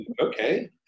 okay